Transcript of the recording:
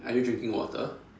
are you drinking water